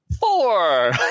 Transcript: four